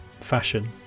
fashion